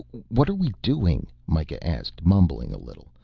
what are we doing? mikah asked, mumbling a little,